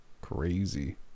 crazy